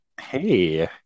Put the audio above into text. Hey